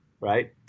right